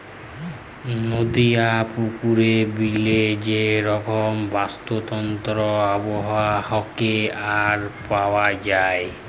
নদি, পুকুরে, বিলে যে রকম বাস্তুতন্ত্র আবহাওয়া হ্যয়ে আর পাওয়া যায়